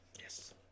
Yes